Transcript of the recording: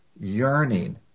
yearning